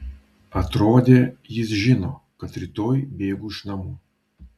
atrodė jis žino kad rytoj bėgu iš namų